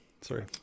Sorry